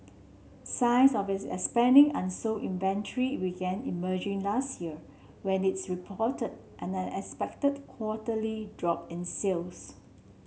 signs of its expanding unsold inventory began emerging last year when is reported an unexpected quarterly drop in sales